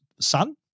son